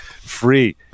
free